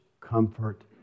comfort